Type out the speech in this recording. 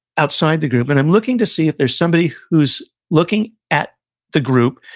outside the group, and i'm looking to see if there's somebody who's looking at the group,